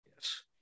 Yes